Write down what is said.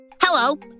Hello